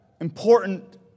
important